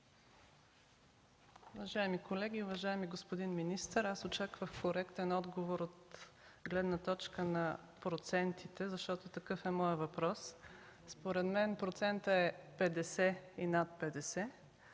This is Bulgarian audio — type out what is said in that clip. Уважаеми колеги, уважаеми господин министър, аз очаквах коректен отговор от гледна точка на процентите, защото такъв е моят въпрос. Според мен процентът е 50 и над 50.